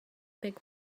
big